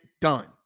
done